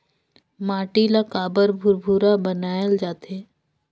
माटी ला काबर भुरभुरा बनाय जाथे?